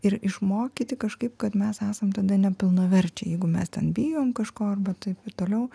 ir išmokyti kažkaip kad mes esam tada nepilnaverčiai jeigu mes ten bijom kažko arba taip ir toliau